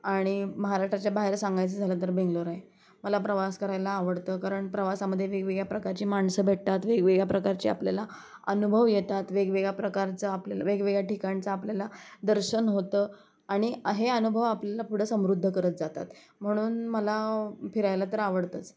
आणि महाराष्ट्राच्या बाहेर सांगायचं झालं तर बेंगलोर आहे मला प्रवास करायला आवडतं कारण प्रवासामध्ये वेगवेगळ्या प्रकारची माणसं भेटतात वेगवेगळ्या प्रकारचे आपल्याला अनुभव येतात वेगवेगळ्या प्रकारचं आपल्या वेगवेगळ्या ठिकाणचं आपल्याला दर्शन होतं आणि हे अनुभव आपल्याला पुढं समृद्ध करत जातात म्हणून मला फिरायला तर आवडतंच